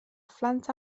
phlant